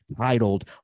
titled